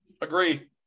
agree